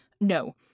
no